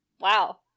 Wow